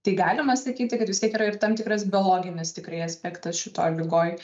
tai galima sakyti kad vis tiek yra ir tam tikras biologinis tikrai aspektas šitoj ligoj